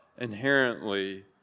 inherently